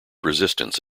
resistance